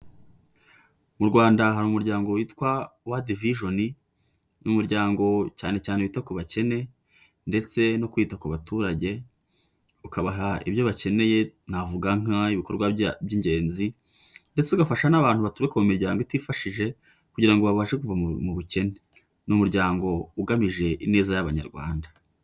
Mu Rwanda hari umuryango witwa world vision, ni umuryango cyane cyane wita ku bakene, ndetse no kwita ku baturage, ukabaha ibyo bakeneye, navuga nk'ibikorwa by'ingenzi ndetse ugafasha n'abantu baturuka mu miryango itifashije, kugira babashe kuva mu bukene. Ni umuryango ugamije ineza y'abanyarwanda.